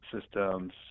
systems